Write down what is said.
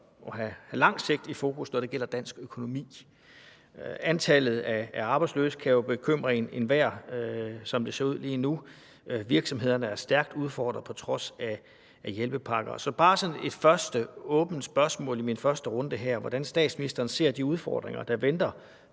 at have det lange sigte i fokus, når det gælder dansk økonomi. Antallet af arbejdsløse kan jo bekymre enhver, som det ser ud lige nu. Virksomhederne er stærkt udfordrede på trods af hjælpepakker. Så jeg har bare sådan et første åbent spørgsmål i min første runde her: Hvordan ser statsministeren de udfordringer, der venter